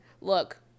Look